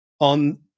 on